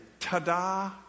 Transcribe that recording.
Ta-da